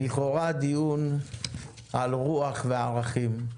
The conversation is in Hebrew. לכאורה דיון על רוח וערכים,